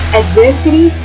adversity